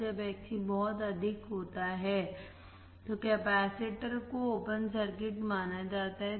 जब Xc बहुत अधिक होता है तो कैपेसिटर को ओपन सर्किट माना जाता है